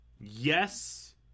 yes